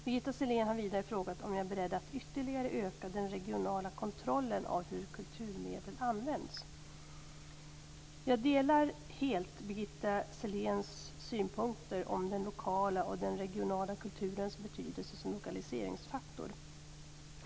Birgitta Sellén har vidare frågat om jag är beredd att ytterligare öka den regionala kontrollen av hur kulturmedel används. Jag delar helt Birgitta Selléns synpunkter på den lokala och den regionala kulturens betydelse som lokaliseringsfaktor.